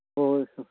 ꯍꯣꯏ ꯍꯣꯏ